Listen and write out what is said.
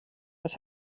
was